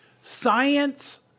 science